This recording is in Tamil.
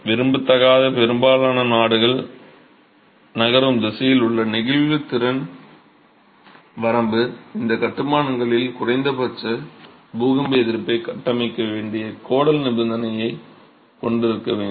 விரும்பத்தகாத பெரும்பாலான நாடுகள் நகரும் திசையில் உள்ள நெகிழ்திறன் வரம்பு இந்த கட்டுமானங்களில் குறைந்தபட்ச பூகம்ப எதிர்ப்பைக் கட்டமைக்க வேண்டிய கோடல் நிபந்தனையைக் கொண்டிருக்க வேண்டும்